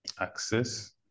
access